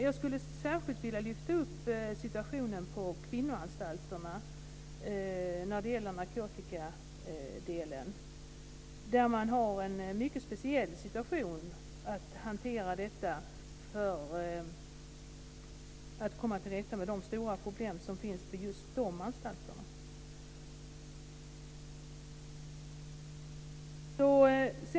Jag skulle särskilt vilja lyfta fram situationen på kvinnoanstalterna när det gäller narkotikaproblemet. Man har en mycket speciell situation att hantera för att komma till rätta med de stora problem som finns på just de anstalterna.